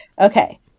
okay